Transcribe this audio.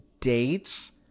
dates